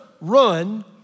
run